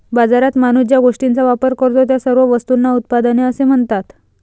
बाजारात माणूस ज्या गोष्टींचा वापर करतो, त्या सर्व वस्तूंना उत्पादने असे म्हणतात